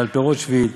ועל פירות שביעית,